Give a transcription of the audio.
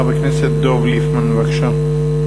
חבר הכנסת דב ליפמן, בבקשה.